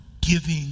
giving